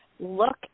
look